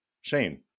Shane